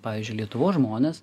pavyzdžiui lietuvos žmonės